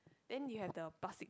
then you have the plastic